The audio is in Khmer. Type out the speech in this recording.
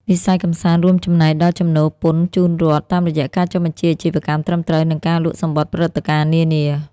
វិស័យកម្សាន្តរួមចំណែកដល់ចំណូលពន្ធជូនរដ្ឋ តាមរយៈការចុះបញ្ជីអាជីវកម្មត្រឹមត្រូវ និងការលក់សំបុត្រព្រឹត្តិការណ៍នានា។